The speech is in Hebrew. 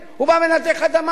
הוא בא, מנתק לך את המים.